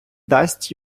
дасть